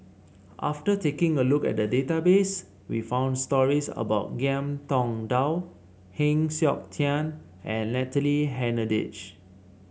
after taking a look at the database we found stories about Ngiam Tong Dow Heng Siok Tian and Natalie Hennedige